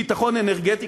ביטחון אנרגטי.